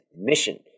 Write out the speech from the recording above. mission